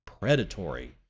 predatory